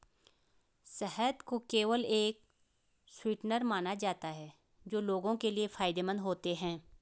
शहद को केवल एक स्वीटनर माना जाता था जो लोगों के लिए फायदेमंद होते हैं